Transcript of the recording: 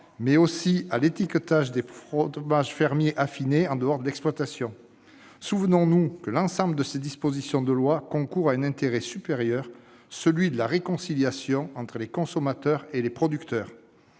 mais aussi à l'étiquetage des fromages fermiers affinés en dehors de l'exploitation. Souvenons-nous que l'ensemble de ces dispositions concourt à un intérêt supérieur : la réconciliation entre les consommateurs et les producteurs.